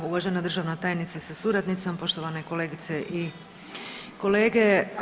Uvažena državna tajnice sa suradnicom, poštovane kolegice i kolege.